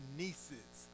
nieces